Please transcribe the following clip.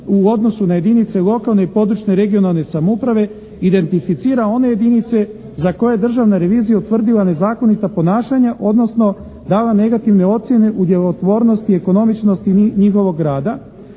u odnosu na jedinice lokalne i područne (regionalne) samouprave identificira one jedinice za koje je državna revizija utvrdila nezakonita ponašanja odnosno dala negativne ocjene u djelotvornosti, ekonomičnosti njihovog rada